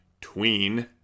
tween